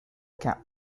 cap